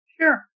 Sure